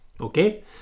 okay